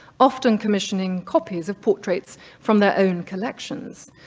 often commissioning copies of portraits from their own collections.